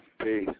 Peace